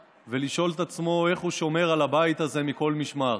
ולשאול את עצמו איך הוא שומר על הבית הזה מכל משמר.